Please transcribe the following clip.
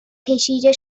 کشیده